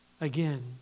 Again